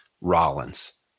Rollins